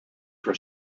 for